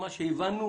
מה שהבנו,